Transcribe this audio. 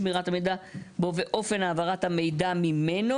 שמירת המידע בו ואופן העברת המידע ממנו",